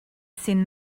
seen